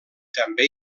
també